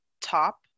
top